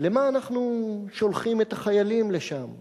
למה אנחנו שולחים את החיילים לשם,